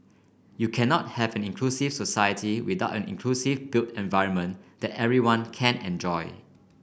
you cannot have an inclusive society without an inclusive built environment that everybody can enjoy